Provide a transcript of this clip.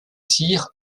cyr